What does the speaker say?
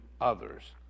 others